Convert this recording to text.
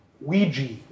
Ouija